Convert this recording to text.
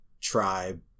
tribe